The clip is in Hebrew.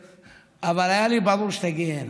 אבל היה לי ברור שתגיעי הנה.